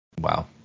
wow